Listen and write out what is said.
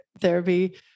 therapy